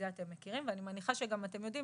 את זה אתם מכירים ואני מניחה שגם אתם יודעים